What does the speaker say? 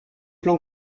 plan